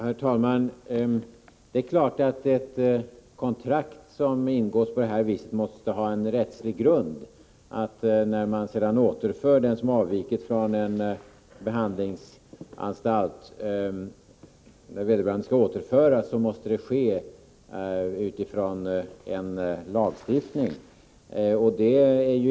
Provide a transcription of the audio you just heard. Herr talman! Det är klart att ett kontrakt som ingås på det här viset måste ha en rättslig grund. När den som avviker från en behandlingsanstalt skall återföras måste det ske utifrån en lagstiftning.